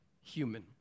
human